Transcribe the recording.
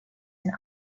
and